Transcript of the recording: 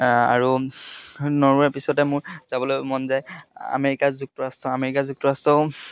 আৰু নৰৱে পিছতে মোৰ যাবলৈ মন যায় আমেৰিকা যুক্তৰাষ্ট্ৰ আমেৰিকা যুক্তৰাষ্ট্ৰও